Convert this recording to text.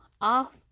off